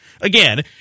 again